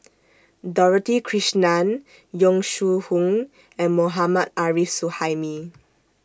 Dorothy Krishnan Yong Shu Hoong and Mohammad Arif Suhaimi